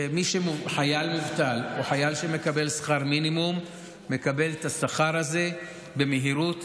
חייל מובטל או חייל שמקבל שכר מינימום מקבל את השכר הזה במהירות,